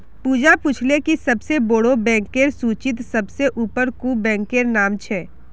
पूजा पूछले कि सबसे बोड़ो बैंकेर सूचीत सबसे ऊपर कुं बैंकेर नाम छे